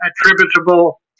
attributable